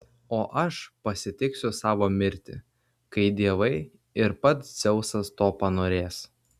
o aš pasitiksiu savo mirtį kai dievai ir pats dzeusas to panorės